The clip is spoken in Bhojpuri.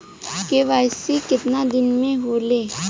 के.वाइ.सी कितना दिन में होले?